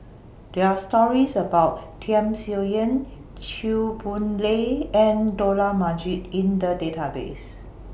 There Are stories about Tham Sien Yen Chew Boon Lay and Dollah Majid in The Database